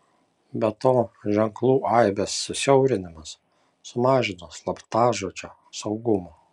be to ženklų aibės susiaurinimas sumažina slaptažodžio saugumą